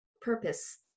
purpose